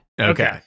okay